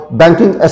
banking